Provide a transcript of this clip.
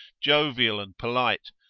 jovial and polite,